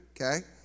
okay